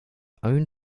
own